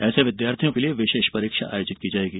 ऐसे विद्यार्थियों के लिये विशेष परीक्षा आयोजित की जाएगी